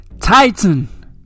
Titan